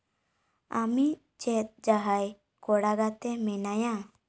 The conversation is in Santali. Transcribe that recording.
ᱟᱢᱤᱡ ᱪᱮᱫ ᱡᱟᱦᱟᱸᱭ ᱠᱚᱲᱟ ᱜᱟᱛᱮ ᱢᱮᱱᱟᱭᱟ